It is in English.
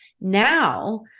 Now